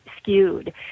skewed